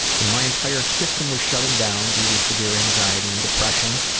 when my entire system was shutting down due to severe anxiety and depression,